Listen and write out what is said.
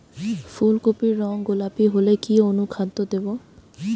ফুল কপির রং গোলাপী হলে কি অনুখাদ্য দেবো?